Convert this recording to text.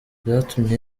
byatumye